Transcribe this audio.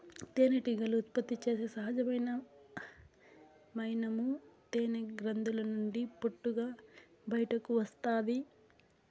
తేనెటీగలు ఉత్పత్తి చేసే సహజమైన మైనము తేనె గ్రంధుల నుండి పొట్టుగా బయటకు వస్తాది